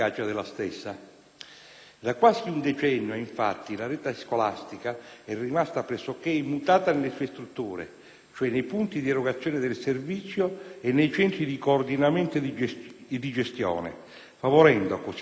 Da quasi un decennio, infatti, la rete scolastica è rimasta pressoché immutata nelle sue strutture, cioè nei punti di erogazione del servizio e nei centri di coordinamento e di gestione, favorendo così sprechi di risorse, sperequazioni